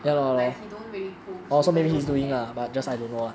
like he don't really post even though he has